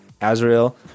Azrael